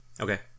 Okay